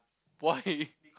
why